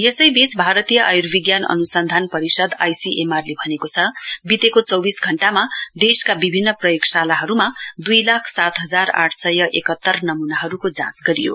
यसैबीच भारतीय आयूर्विज्ञान अन्सन्धान परिसद् आइसीएमआर ले भनेको छ बितेको चौविस घण्टामा देशका विभिन्न प्रयोगशालाहरूमा दुई लाख सात हजार आठ सय एकातर नमूनाहरूको जाँच गरियो